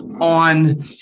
on